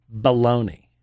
Baloney